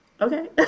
Okay